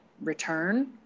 return